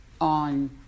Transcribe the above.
on